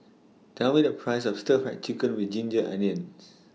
Tell Me The Price of Stir Fried Chicken with Ginger Onions